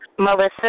Melissa